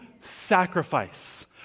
sacrifice